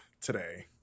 today